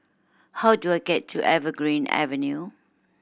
how do I get to Evergreen Avenue